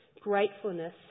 gratefulness